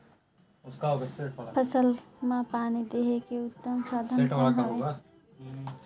फसल मां पानी देहे के उत्तम साधन कौन हवे?